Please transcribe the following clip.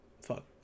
fuck